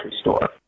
store